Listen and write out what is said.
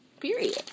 period